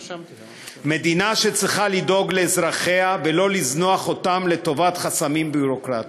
מדינה שצריכה לדאוג לאזרחיה ולא לזנוח אותם לטובת חסמים ביורוקרטיים.